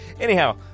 Anyhow